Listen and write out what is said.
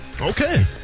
Okay